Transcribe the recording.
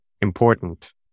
important